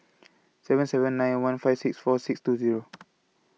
seven seven nine one five six four six two Zero